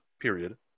period